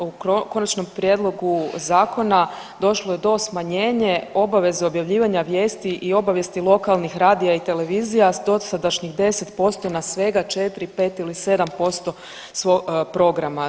U končanom prijedlogu zakona došlo je do smanjenja obveze objavljivanja vijesti i obavijesti lokalnih radija i televizija s dosadašnjih 10% na svega 4, 5 ili 7% svog programa.